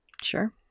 Sure